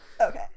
Okay